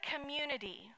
community